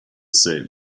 same